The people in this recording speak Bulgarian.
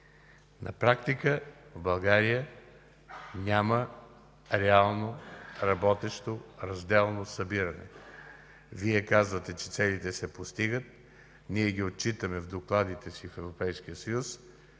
На практика в България няма реално работещо разделно събиране. Вие казвате, че целите се постигат, ние ги отчитаме в докладите си в